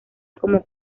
como